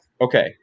Okay